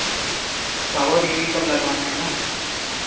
shower ये भी सब लगवाना है ना